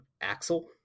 Axel